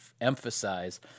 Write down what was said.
emphasize